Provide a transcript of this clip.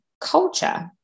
culture